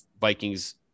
vikings